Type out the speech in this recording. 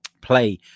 play